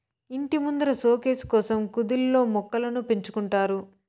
ఇంటి ముందర సోకేసు కోసం కుదిల్లో మొక్కలను పెంచుకుంటారు